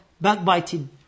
backbiting